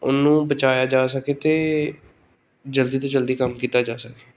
ਉਹਨੂੰ ਬਚਾਇਆ ਜਾ ਸਕੇ ਅਤੇ ਜਲਦੀ ਤੋਂ ਜਲਦੀ ਕੰਮ ਕੀਤਾ ਜਾ ਸਕੇ